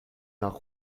nach